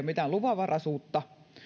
mitään luvanvaraisuutta